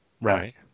Right